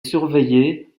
surveillée